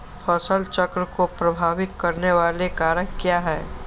फसल चक्र को प्रभावित करने वाले कारक क्या है?